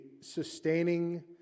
sustaining